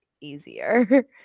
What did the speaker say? easier